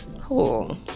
cool